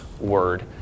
word